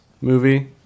movie